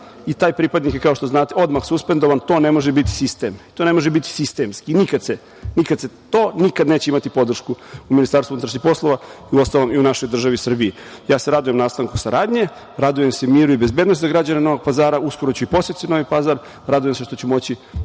i taj pripadnik je, kao što znate, odmah suspendovan, to ne može biti sistem. To nikada neće imati podršku u Ministarstvu unutrašnjih poslova, uostalom i u našoj državi Srbiji. Ja se radujem nastavku saradnje, radujem se miru i bezbednosti građana Novog Pazara, uskoro ću i posetiti Novi Pazar, radujem se što ću moći